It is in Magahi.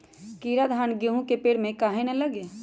कीरा धान, गेहूं के पेड़ में काहे न लगे?